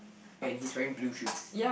and he's wearing blue shoes